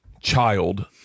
child